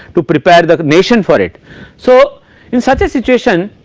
to prepare the nation for it so in such a situation